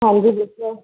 ਹਾਂਜੀ ਦੱਸੋ